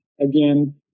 again